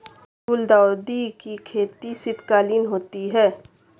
गुलदाउदी की खेती शीतकालीन होती है